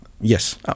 Yes